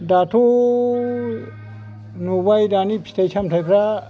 दाथ' नुबाय दानि फिथाइ सामथाइफ्रा